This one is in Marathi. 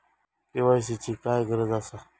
के.वाय.सी ची काय गरज आसा?